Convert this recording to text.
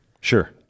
Sure